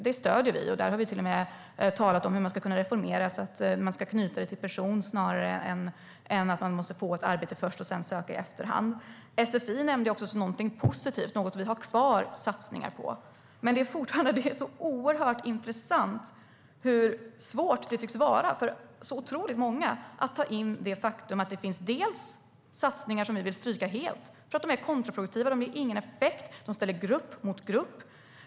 Det stöder vi, och vi har till och med pratat om hur man ska kunna reformera så att det ska knytas till person snarare än till att man måste få ett arbete först och sedan söka i efterhand. Sfi nämnde jag som något positivt, något som vi vill ha kvar satsningar på. Det är oerhört intressant hur svårt det tycks vara för otroligt många att ta in det faktum att det finns satsningar som vi vill stryka helt därför att de är kontraproduktiva, inte ger någon effekt, ställer grupp mot grupp.